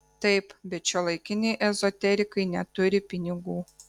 taip bet šiuolaikiniai ezoterikai neturi pinigų